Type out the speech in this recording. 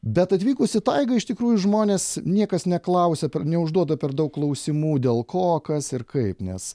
bet atvykus į taigą iš tikrųjų žmonės niekas neklausia neužduoda per daug klausimų dėl ko kas ir kaip nes